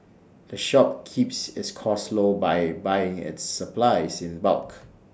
the shop keeps its costs low by buying its supplies in bulk